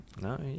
no